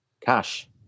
cash